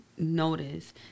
Notice